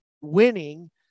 winning